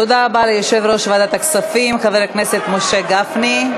תודה רבה ליושב-ראש ועדת הכספים חבר הכנסת משה גפני.